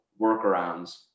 workarounds